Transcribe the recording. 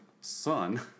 son